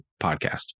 Podcast